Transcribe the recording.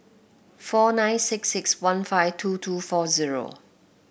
four nine six six one five two two four zero